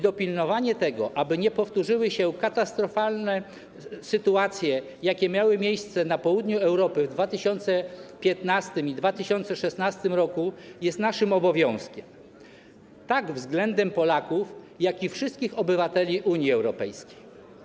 Dopilnowanie tego, aby nie powtórzyły się katastrofalne sytuacje, jakie miały miejsce na południu Europy w 2015 i 2016 r., jest naszym obowiązkiem względem Polaków, jak i wszystkich obywateli Unii Europejskiej.